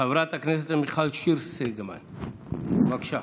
חברת הכנסת מיכל שיר סגמן, בבקשה.